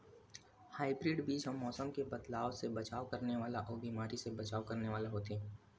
hybrid बीज हा मौसम मे बदलाव से बचाव करने वाला अउ बीमारी से बचाव करने वाला होथे